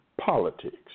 politics